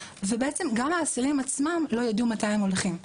ובעצם גם האסירים עצמם לא ידעו מתי הם הולכים.